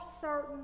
certain